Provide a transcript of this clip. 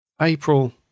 April